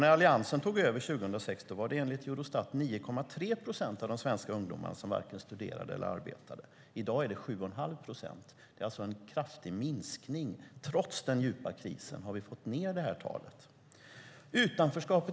När Alliansen tog över 2006 var det enligt Eurostat 9,3 procent av de svenska ungdomarna som varken studerade eller arbetade. I dag är det 7 1⁄2 procent. Det är alltså en kraftig minskning. Trots den djupa krisen har vi fått ned detta tal.